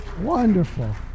Wonderful